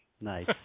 Nice